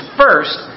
first